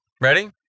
Ready